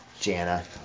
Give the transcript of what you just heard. Jana